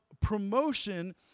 promotion